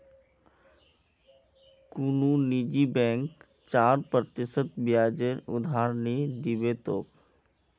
कुनु निजी बैंक चार प्रतिशत ब्याजेर उधार नि दीबे तोक